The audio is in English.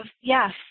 yes